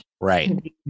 Right